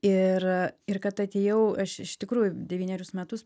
ir ir kad atėjau aš iš tikrųjų devynerius metus